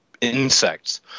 insects